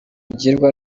ugirwa